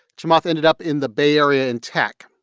chamath ended up in the bay area in tech.